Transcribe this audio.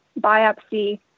biopsy